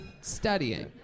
studying